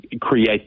create